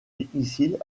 difficiles